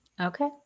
Okay